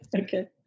Okay